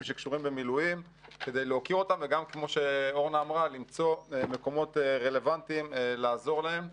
שקשורים למילואים כדי להוקיר אותם וגם למצוא מקומות רלוונטיים לעזור להם.